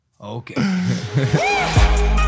Okay